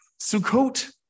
Sukkot